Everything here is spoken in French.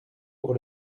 pour